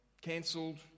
cancelled